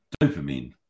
Dopamine